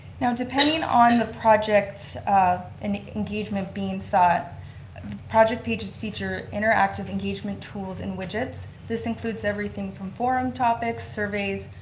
now depending on the project and the engagement being sought the project pages feature interactive engagement tools and widgets. this includes everything from foreign topics, surveys,